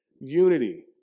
unity